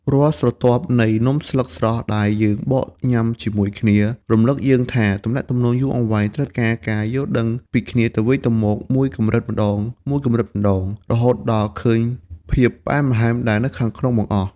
រាល់ស្រទាប់នៃនំស្លឹកស្រស់ដែលយើងបកញ៉ាំជាមួយគ្នា រំលឹកយើងថាទំនាក់ទំនងយូរអង្វែងត្រូវការការយល់ដឹងពីគ្នាទៅវិញទៅមកមួយកម្រិតម្ដងៗ រហូតដល់ឃើញភាពផ្អែមល្ហែមដែលនៅខាងក្នុងបង្អស់។